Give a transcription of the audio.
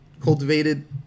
cultivated